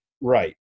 Right